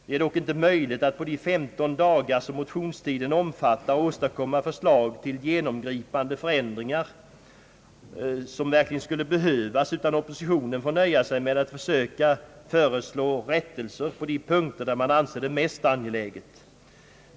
Det är dock inte möjligt att på de femton dagar som motionstiden omfattar åstadkomma förslag till de genomgripande förändringar som verkligen skulle behövas, utan oppositionen får nöja sig med att försöka föreslå rättelser på de punkter där man anser det mest angeläget.